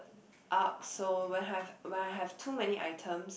up so when I have when I have too many items